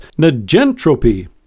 negentropy